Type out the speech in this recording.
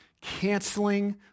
canceling